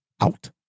Out